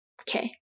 okay